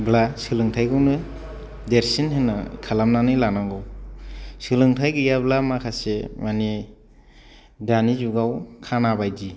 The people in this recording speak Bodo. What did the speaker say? सोलोंथायखौनो देरसिन होनना खालामनानै लानांगौ सोलोंथाय गैयाब्ला माखासे माने दानि जुगाव खाना बायदि